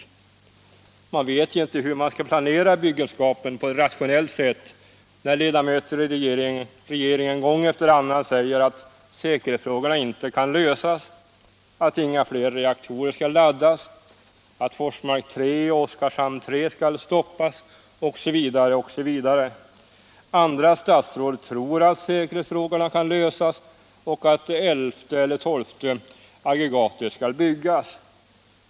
Man vet inte hur man skall planera byggenskapen på ett rationellt sätt när ledamöter i regeringen gång efter annan säger att säkerhetsfrågorna inte kan lösas, att inga fler reaktorer skall laddas, att Forsmark 3 och Oskarshamn 3 skall stoppas osv. Andra statsråd tror att säkerhetsfrågorna kan lösas och att det elfte eller tolfte aggregatet skall byggas.